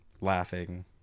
laughing